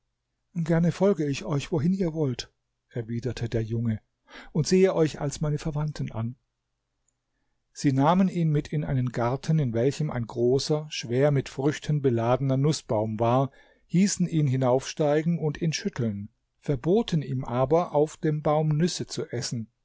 gerne folge ich euch wohin ihr wollt erwiderte der junge und sehe euch als meine verwandten an sie nahmen ihn mit in einen garten in welchem ein großer schwer mit früchten beladener nußbaum war hießen ihn hinaufsteigen und ihn schütteln verboten ihm aber auf dem baum nüsse zu essen